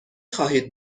خواهید